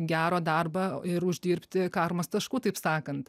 gero darbą ir uždirbti karmos taškų taip sakant